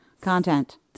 Content